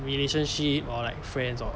relationship or like friends or